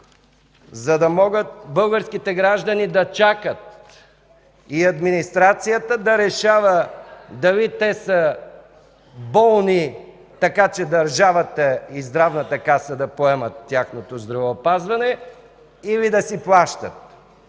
за да могат българските граждани да чакат и администрацията да решава дали те са болни, така че държавата и Здравната каса да поемат тяхното здравеопазване, или да си плащат.